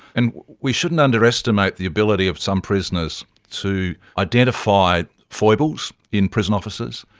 and we shouldn't underestimate the ability of some prisoners to identify foibles in prison officers,